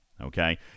Okay